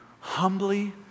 humbly